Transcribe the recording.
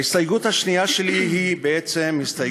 ההסתייגות השנייה שלי היא הסתייגות